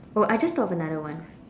oh I just thought of another one